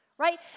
right